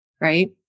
right